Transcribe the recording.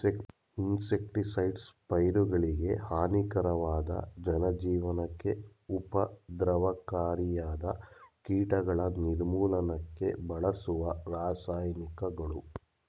insecticides ಪೈರುಗಳಿಗೆ ಹಾನಿಕಾರಕವಾದ ಜನಜೀವನಕ್ಕೆ ಉಪದ್ರವಕಾರಿಯಾದ ಕೀಟಗಳ ನಿರ್ಮೂಲನಕ್ಕೆ ಬಳಸುವ ರಾಸಾಯನಿಕಗಳು